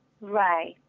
Right